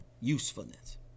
Usefulness